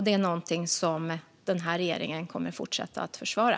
Det är någonting som den här regeringen kommer att fortsätta försvara.